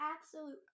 absolute